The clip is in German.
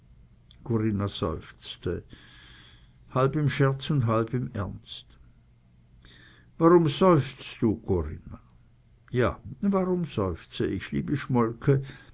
corinna seufzte halb im scherz und halb im ernst warum seufzt du corinna ja warum seufze ich liebe schmolke